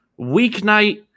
weeknight